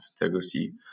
integrity